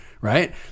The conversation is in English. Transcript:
right